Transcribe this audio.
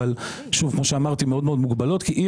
אבל כמו שאמרתי מאוד מאוד מוגבלות כי אי